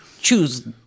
choose